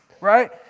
right